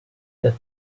that